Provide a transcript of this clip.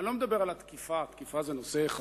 אני לא מדבר על התקיפה, תקיפה זה נושא חסוי.